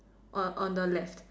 err on the left